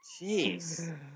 Jeez